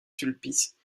sulpice